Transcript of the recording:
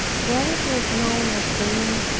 when it was known at the inn,